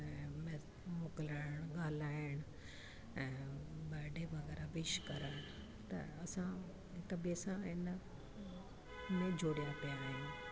मोकिलाइणु ॻाल्हाइणु ऐं बडे वग़ैरह विश करणु त असां हिकु ॿिए सां हिन में जुड़िया पिया आहियूं